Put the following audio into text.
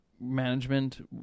management